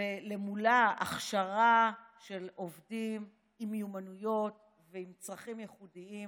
ומולה הכשרה של עובדים עם מיומנויות ועם צרכים ייחודיים